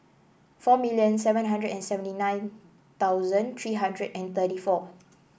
four million seven hundred and seventy nine thousand three hundred and thirty four